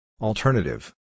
Alternative